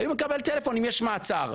הייתי מקבל טלפון אם יש מעצר.